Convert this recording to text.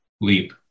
leap